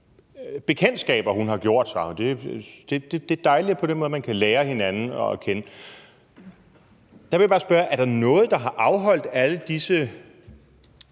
bekendtskaber, hun har gjort sig. Det er dejligt, at man på den måde kan lære hinanden at kende. Der vil jeg bare spørge: Er der noget, der har afholdt alle disse